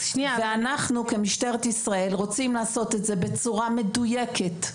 אנחנו כמשטרת ישראל רוצים לעשות את זה בצורה מדויקת.